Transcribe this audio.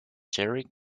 cherry